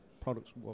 products